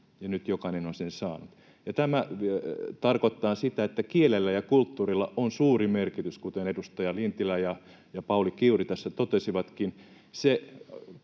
nyt jokainen on sen saanut. Ja tämä tarkoittaa sitä, että kielellä ja kulttuurilla on suuri merkitys, kuten edustaja Lintilä ja Pauli Kiuru tässä totesivatkin.